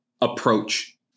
approach